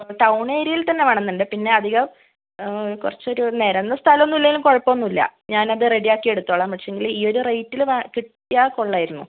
town ഏരിയയിൽ തന്നെ വേണം എന്നുണ്ട് പിന്നെ അധികം കുറച്ചൊരു നിരന്ന സ്ഥലം ഒന്നുമില്ലെങ്കിലും കുഴപ്പമൊന്നുമില്ല ഞാൻ അത് റെഡി ആക്കി എടുത്തോളാം പക്ഷേ എങ്കിൽ ഈ ഒരു റേറ്റിൽ വാ കിട്ടിയാൽ കൊള്ളാമായിരുന്നു